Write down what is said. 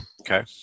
Okay